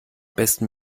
besten